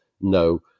No